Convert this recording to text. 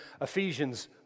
Ephesians